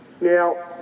Now